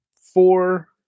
Four